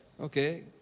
Okay